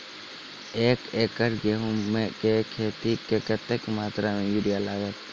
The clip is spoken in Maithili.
एक एकड़ गेंहूँ केँ खेती मे कतेक मात्रा मे यूरिया लागतै?